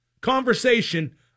conversation